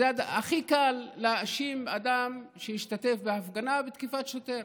הכי קל להאשים אדם שהשתתף בהפגנה בתקיפת שוטר,